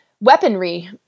weaponry